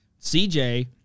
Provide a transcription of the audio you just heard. CJ